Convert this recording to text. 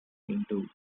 into